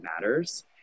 matters